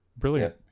brilliant